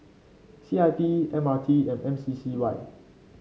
C I P M R T and M C C Y